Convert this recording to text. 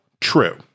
true